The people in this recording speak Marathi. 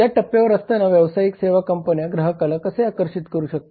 या टप्प्यावर असताना व्यावसायिक सेवा कंपन्या ग्राहकाला कसे आकर्षित करू शकतात